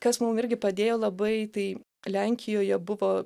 kas mum irgi padėjo labai tai lenkijoje buvo